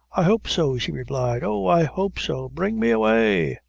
i hope so, she replied oh, i hope so bring me away!